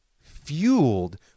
fueled